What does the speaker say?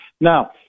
Now